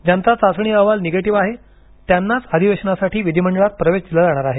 ज्यांचा चाचणी अहवाल निगेटिव्ह आहे त्यांनाच अधिवेशनासाठी विधिमंडळात प्रवेश दिला जाणार आहे